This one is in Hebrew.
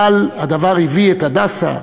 אבל הדבר הביא את "הדסה",